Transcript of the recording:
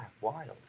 wild